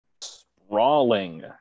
Sprawling